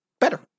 better